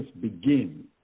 begin